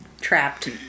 trapped